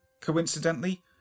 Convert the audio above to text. Coincidentally